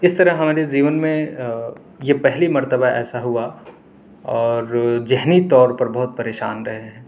کس طرح ہماری جیون میں یہ پہلی مرتبہ ایسا ہوا اور ذہنی طور پر بہت پریشان رہے ہیں